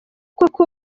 koko